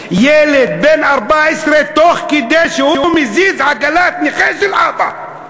ילד בן 14, תוך כדי שהוא מזיז עגלת נכה של אבא.